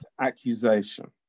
accusation